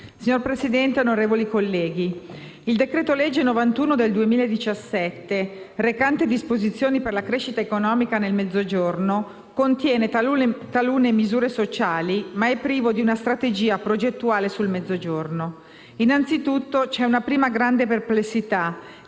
Signor Presidente, onorevoli colleghi, il decreto-legge n. 91 del 2017, recante disposizioni per la crescita economica nel Mezzogiorno, contiene talune misure sociali, ma è privo di una strategia progettuale sul Mezzogiorno. Innanzitutto c'è una prima grande perplessità